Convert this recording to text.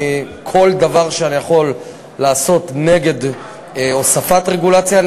כל דבר שאני יכול לעשות נגד הוספת רגולציה,